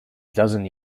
dozen